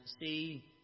see